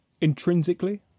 Intrinsically